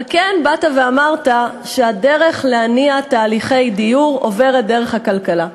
אבל כן באת ואמרת שהדרך להניע תהליכי דיור עוברת דרך הכלכלה.